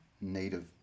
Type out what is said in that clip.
Native